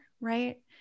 right